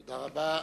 תודה רבה.